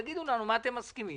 תגידו לנו מה אתם מסכימים,